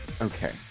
Okay